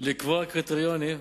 לקבוע קריטריונים,